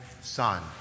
Son